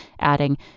adding